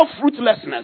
fruitlessness